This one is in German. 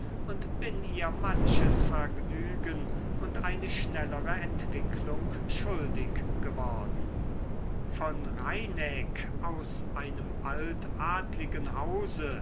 und bin ihr manches vergnügen und eine schnellere entwicklung schuldig geworden von reineck aus einem altadligen hause